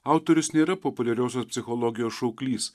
autorius nėra populiariosios psichologijos šauklys